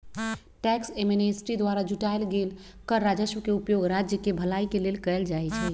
tax amnesty द्वारा जुटाएल गेल कर राजस्व के उपयोग राज्य केँ भलाई के लेल कएल जाइ छइ